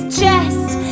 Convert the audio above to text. chest